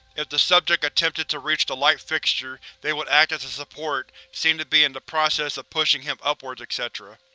if the subject attempted to reach the light fixture they would act as a support seem to be in the process of pushing him upwards, etc.